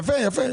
יפה,